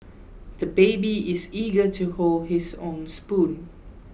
the baby is eager to hold his own spoon